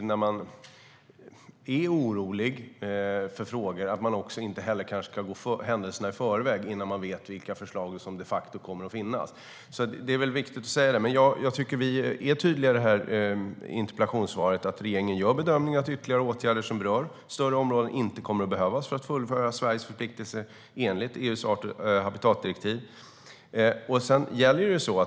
När man är orolig för frågor tror jag att det är viktigt att man inte går händelserna i förväg, innan man vet vilka förslag som de facto kommer att finnas - det är viktigt att säga det. Jag tycker att vi är tydliga i det här interpellationssvaret om att regeringen gör bedömningen att ytterligare åtgärder som berör större områden inte kommer att behövas för att fullfölja Sveriges förpliktelser enligt EU:s art och habitatdirektiv.